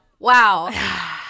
Wow